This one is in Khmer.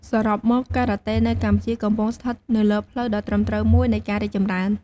សរុបមក ការ៉ាតេនៅកម្ពុជាកំពុងស្ថិតនៅលើផ្លូវដ៏ត្រឹមត្រូវមួយនៃការរីកចម្រើន។